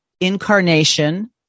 incarnation